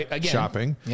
shopping